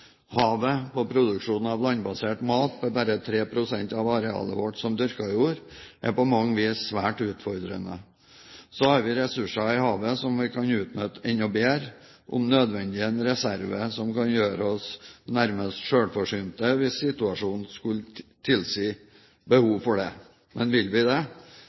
havet på produksjon av landbasert mat, med bare 3 pst. av arealet vårt som dyrket jord, er på mange vis svært utfordrende. Så har vi ressurser i havet som vi kan utnytte enda bedre, om nødvendig en reserve som kan gjøre oss nærmest selvforsynt hvis situasjonen skulle tilsi det. Men vil vi det?